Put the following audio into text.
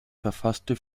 verfasste